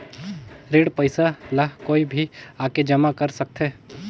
ऋण पईसा ला कोई भी आके जमा कर सकथे?